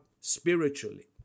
spiritually